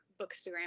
bookstagram